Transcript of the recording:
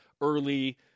early